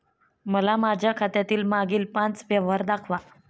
मला माझ्या खात्यातील मागील पांच व्यवहार दाखवा